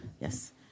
Yes